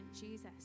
Jesus